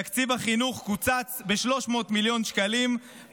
תקציב החינוך קוצץ ב-300 מיליון שקלים,